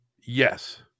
Yes